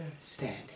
understanding